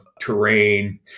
terrain